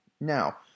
Now